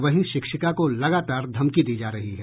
वहीं शिक्षिका को लगातार धमकी दी जा रही है